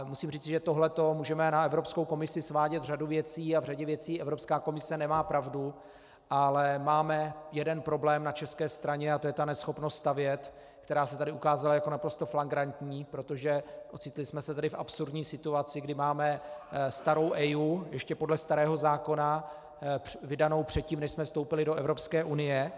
Musím říci, že tohleto můžeme na Evropskou komisi svádět řadu věcí a v řadě věcí Evropská komise nemá pravdu, ale máme jeden problém na české straně a to je ta neschopnost stavět, která se tady ukázala jako naprosto flagrantní, protože jsme se tedy ocitli v absurdní situaci, kdy máme starou EIA, ještě podle starého zákona, vydanou předtím, než jsme vstoupili do Evropské unie.